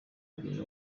kureba